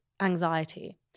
anxiety